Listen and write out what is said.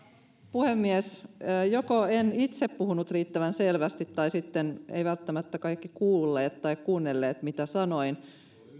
puhemies joko en itse puhunut riittävän selvästi tai sitten eivät välttämättä kaikki kuulleet tai kuunnelleet mitä sanoin